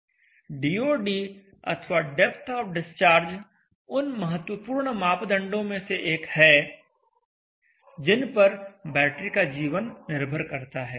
DoD अथवा depth of discharge उन महत्वपूर्ण मापदंडों में से एक है जिन पर बैटरी का जीवन निर्भर करता है